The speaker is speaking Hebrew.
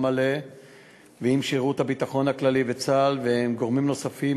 מלא עם שירות הביטחון הכללי וצה"ל ועם גורמים נוספים,